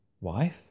Wife